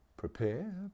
Prepare